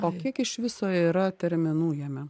o kiek iš viso yra terminų jame